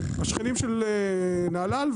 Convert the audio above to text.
השכנים של נהלל,